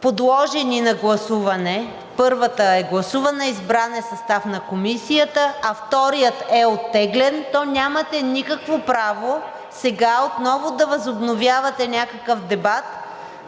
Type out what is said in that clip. подложени на гласуване, първият е гласуван, избран е състав на Комисията, а вторият е оттеглен, то нямате никакво право сега отново да възобновявате някакъв дебат,